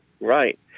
right